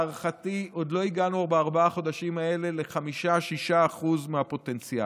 להערכתי עוד לא הגענו בארבעת החודשים האלה ל-5%-6% מהפוטנציאל.